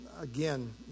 Again